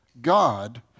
God